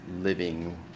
living